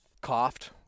coughed